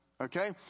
Okay